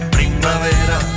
Primavera